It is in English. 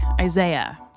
Isaiah